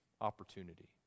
opportunity